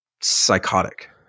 psychotic